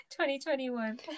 2021